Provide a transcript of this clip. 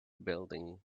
building